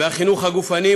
והחינוך הגופני,